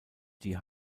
die